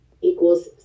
equals